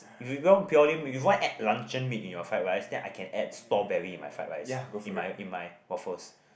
if you want purely if you want add luncheon meat in your fried rice then I can add strawberry in my fried rice in my in my waffles